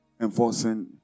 enforcing